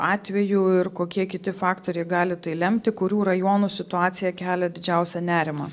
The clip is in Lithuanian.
atvejų ir kokie kiti faktoriai gali lemti kurių rajonų situacija kelia didžiausią nerimą